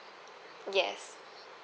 yes